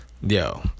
yo